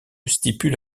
stipule